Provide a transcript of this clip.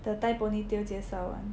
the tie ponytail 介绍 [one]